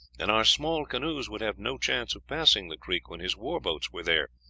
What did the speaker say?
and our small canoes would have no chance of passing the creek when his war boats were there.